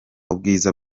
ubwiza